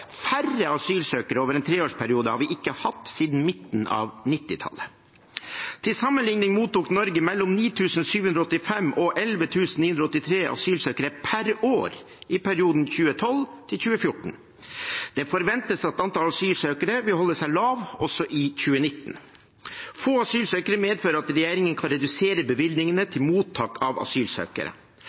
Færre asylsøkere over en treårsperiode har vi ikke hatt siden midten av 1990-tallet. Til sammenligning mottok Norge mellom 9 785 og 11 983 asylsøkere per år i perioden 2012 til 2014. Det forventes at antall asylsøkere vil holde seg lavt også i 2019. Få asylsøkere medfører at regjeringen kan redusere bevilgningene til mottak av asylsøkere.